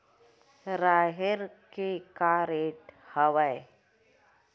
राहेर के का रेट हवय?